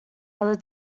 other